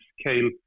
scale